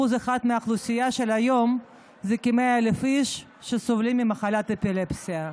1% מהאוכלוסייה של היום זה כ-100,000 איש שסובלים ממחלת האפילפסיה.